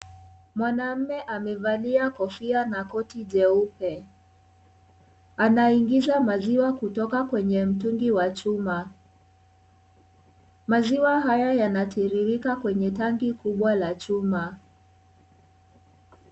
Mwanamme amevalia kofia na koti jeupe. Anaingiza maziwa kutoka kwenye mtungi wa chuma. Maziwa hayo yanatiririka kwenye tanki kubwa la chuma.